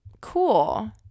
Cool